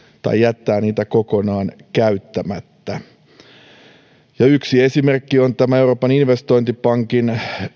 tai jättää niitä kokonaan käyttämättä yksi esimerkki on euroopan investointipankin